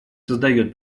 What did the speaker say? создает